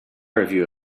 review